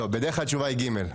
בדרך כלל התשובה היא ג'.